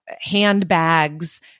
handbags